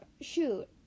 shoot